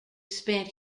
spent